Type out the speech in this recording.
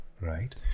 Right